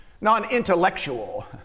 non-intellectual